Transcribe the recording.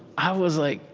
i was like,